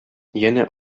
янә